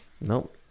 Nope